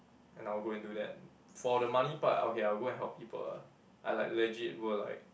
and I will go and do that for the money part okay I will go and help people ah I like legit will like